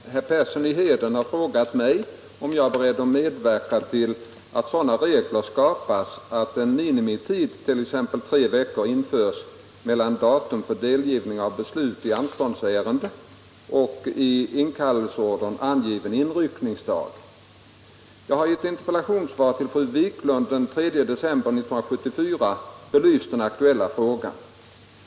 Herr talman! Herr Persson i Heden har frågat mig om jag är beredd att medverka till att sådana regler skapas att en minimitid, t.ex. tre veckor, införs mellan datum för delgivning av beslut i anståndsärende och i inkallelseorder angiven inryckningsdag. Jag har i ett interpellationssvar till fru Wiklund den 3 december 1974 belyst den aktuella frågan.